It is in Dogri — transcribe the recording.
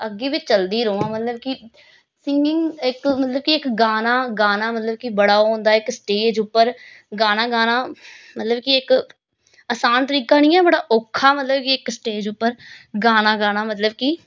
अग्गें बी चलदी र'वां मतलब कि सिंगिंग इक मतलब कि इक गाना गाना मतलब कि बड़ा ओह् होंदा इक स्टेज उप्पर गाना गाना मतलब कि इक असान तरीका नी ऐ बड़ा औक्खा मतलब कि इक स्टेज उप्पर गाना गाना मतलब कि